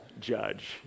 judge